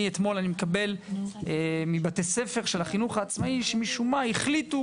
אתמול קיבלתי מבתי-הספר של החינוך העצמאי שמשום-מה החליטו